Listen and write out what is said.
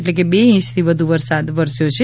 એટલે કે બે ઇંચથી વધુ વરસાદ વરસ્યો છે